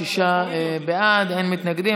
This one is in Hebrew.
שישה בעד, אין מתנגדים.